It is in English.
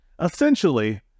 Essentially